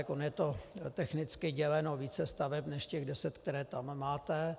Ono je to technicky děleno více staveb než těch deset, které tam máte.